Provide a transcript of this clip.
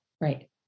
Right